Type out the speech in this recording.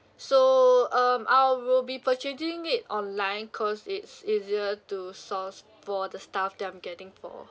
so um I will be purchasing it online cause it's easier to source for the stuff that I'm getting for